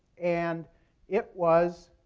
and it was